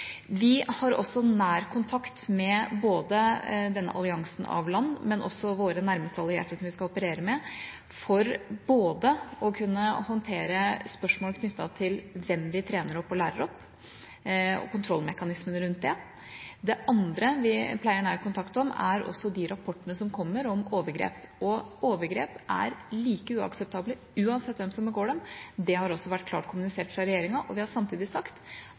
Vi har også nær kontakt med både denne alliansen av land og våre nærmeste allierte som vi skal operere med, for å kunne håndtere spørsmål knyttet til hvem vi trener opp og lærer opp, og kontrollmekanismene rundt det. Det andre vi pleier nær kontakt om, er de rapportene som kommer om overgrep. Overgrep er like uakseptable uansett hvem som begår dem. Det har også vært klart kommunisert fra regjeringa, og vi har samtidig sagt